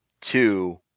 two